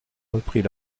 reprit